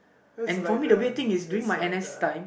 that's like the it's like the